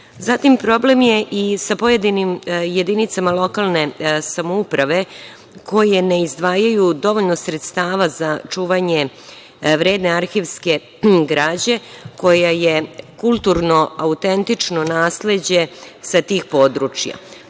problem je i sa pojedinim jedinicama lokalne samouprave koje ne izdvajaju dovoljno sredstava za čuvanje vredne arhivske građe, koja je kulturno autentično nasleđe sa tih područja.